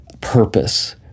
purpose